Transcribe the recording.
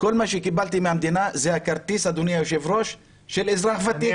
כל מה שקיבלת מהמדינה זה הכרטיס של אזרח ותיק,